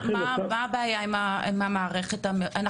מהי המערכת הזאת?